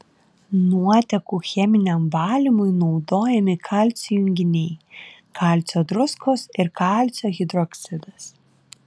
nuotekų cheminiam valymui naudojami kalcio junginiai kalcio druskos ir kalcio hidroksidas